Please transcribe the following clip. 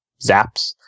zaps